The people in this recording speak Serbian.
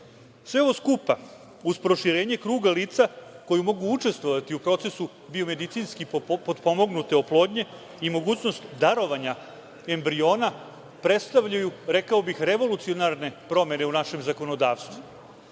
ovo skupa, uz proširenje kruga lica koji mogu učestvovati u procesu biomedicinski potpomognute oplodnje i mogućnost darovanja embriona predstavljaju, rekao bih, revolucionarne promene u našem zakonodavstvu. Na